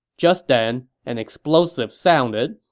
just then, an explosive sounded,